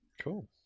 cool